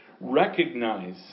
recognize